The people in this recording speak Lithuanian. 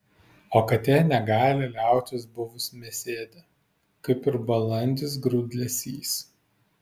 o katė negali liautis buvus mėsėdė kaip ir balandis grūdlesys